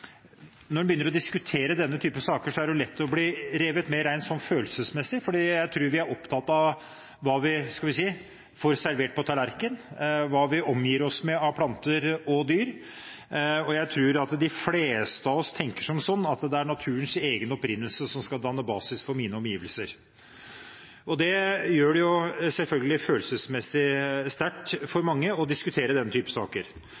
Når en begynner å diskutere denne type saker, er det lett å bli revet med rent følelsesmessig fordi vi er opptatt av hva vi får servert på tallerkenen, og hva vi omgir oss med av planter og dyr. Jeg tror at de fleste av oss tenker som så at det er naturens egen opprinnelse som skal danne basis for våre omgivelser. Det gjør det selvfølgelig følelsesmessig sterkt for mange å diskutere slike saker. Det andre er at mye av det faglige faktisk går i den